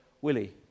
Willie